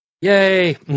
Yay